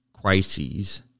crises